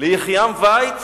ליחיעם ויץ,